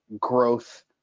growth